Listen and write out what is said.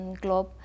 globe